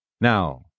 Now